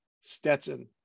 Stetson